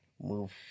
move